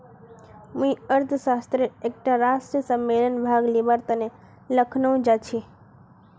मुई अर्थशास्त्रेर एकटा राष्ट्रीय सम्मेलनत भाग लिबार तने लखनऊ जाछी